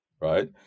right